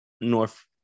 North